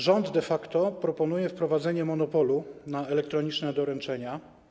Rząd de facto proponuje wprowadzenie monopolu na elektroniczne doręczenia.